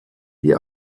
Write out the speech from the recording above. wie